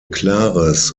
klares